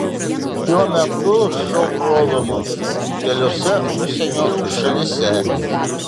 šiuo metu šou rodomas keliose užsienio šalyse